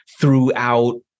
throughout